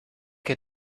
que